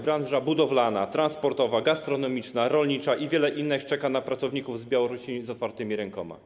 Branża budowlana, transportowa, gastronomiczna, rolnicza i wiele innych czekają na pracowników z Białorusi z otwartymi rękoma.